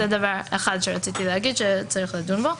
זה דבר אחד שצריך לדון בו.